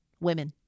women